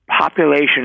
population